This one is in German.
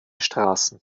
straßen